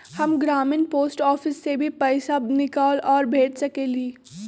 हम ग्रामीण post office से भी पैसा निकाल और भेज सकेली?